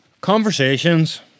Conversations